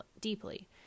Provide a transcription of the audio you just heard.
deeply